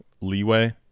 leeway